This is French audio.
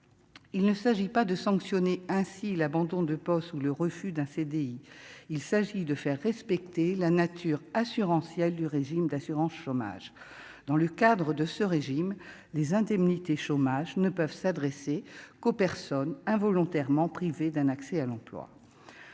il ne s'agit pas de sanctionner ainsi l'abandon de poste ou le refus d'un CDI, il s'agit de faire respecter la nature assurantiel du régime d'assurance chômage, dans le cadre de ce régime des indemnités chômage ne peuvent s'adresser qu'aux personnes involontairement privée d'un accès à l'emploi